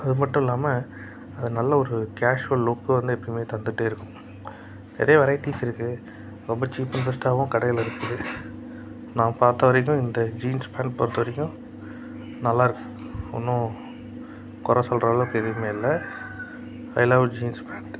அது மட்டும் இல்லாமல் அது நல்ல ஒரு கேஷ்வல் லுக்கு வந்து எப்போயுமே தந்துட்டே இருக்கும் நிறைய வெரைட்டிஸ் இருக்குது ரொம்ப சீப் அண்ட் பெஸ்ட்டாகவும் கடையில் இருக்குது நான் பாத்த வரைக்கும் இந்த ஜீன்ஸ் பேண்ட் பொறுத்தவரைக்கும் நல்லாயிருக்கு ஒன்றும் கொறை சொல்கிற அளவுக்கு எதுவுமே இல்லை ஐ லவ் ஜீன்ஸ் பேண்ட்